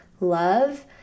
love